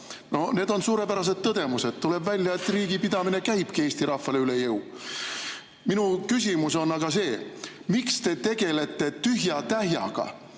need on suurepärased tõdemused. Tuleb välja, et riigi pidamine käibki Eesti rahvale üle jõu. Minu küsimus on aga see: miks te tegelete tühja-tähjaga,